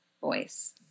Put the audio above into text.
voice